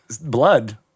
blood